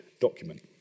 document